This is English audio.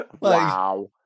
Wow